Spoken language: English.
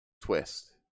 twist